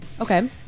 Okay